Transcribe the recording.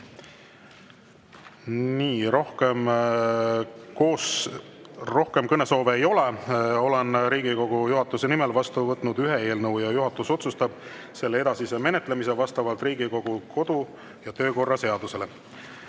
Aitäh! Nii, rohkem kõnesoove ei ole. Olen Riigikogu juhatuse nimel vastu võtnud ühe eelnõu ja juhatus otsustab selle edasise menetlemise vastavalt Riigikogu kodu- ja töökorra seadusele.